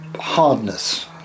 hardness